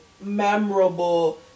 memorable